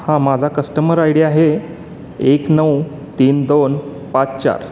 हां माझा customer I D आहे एक नऊ तीन दोन पाच चार